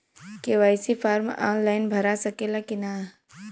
KYC form online भरा सकला की ना?